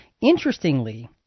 Interestingly